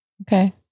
Okay